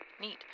neat